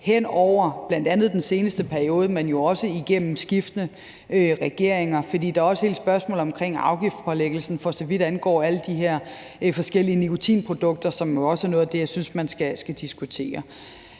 hen over bl.a. den seneste periode, men jo også fra skiftende regeringers side, for der er også hele spørgsmålet omkring afgiftspålæggelsen, for så vidt angår alle de her forskellige nikotinprodukter, som også er noget af det, jeg synes man skal diskutere.